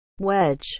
wedge